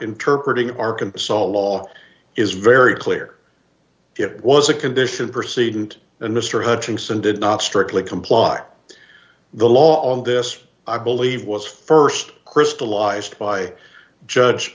interpret ing arkansas law is very clear it was a condition proceed and and mr hutchinson did not strictly comply the law on this i believe was st crystallized by judge